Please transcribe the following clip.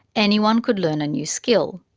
anyone could learn a new skill,